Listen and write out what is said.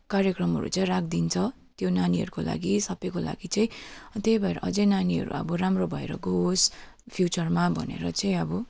कार्यक्रमहरू चाहिँ राखिदिन्छ त्यो नानीहरूको लागि सबैको लागि चाहिँ त्यही भएर अझै नानीहरू अब राम्रो भएर जावोस् फ्युचरमा भनेर चाहिँ अब